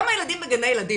כמה ילדים בגני ילדים?